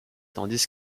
tandis